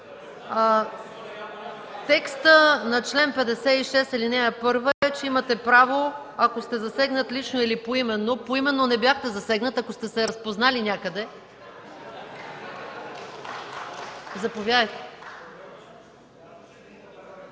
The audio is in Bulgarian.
текстът на чл. 56, ал. 1 е, че имате право, ако сте засегнат лично или поименно. Поименно не бяхте засегнат, ако сте се разпознали някъде. (Смях.